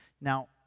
Now